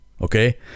Okay